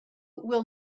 will